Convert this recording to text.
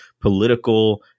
political